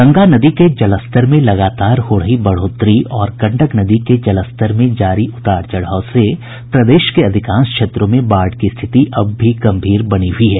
गंगा नदी के जलस्तर में लगातार हो रही बढ़ोतरी और गंडक नदी के जलस्तर में जारी उतार चढ़ाव से प्रदेश के अधिकांश क्षेत्रों में बाढ़ की स्थिति अब भी गंभीर बनी हुई है